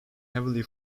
heavily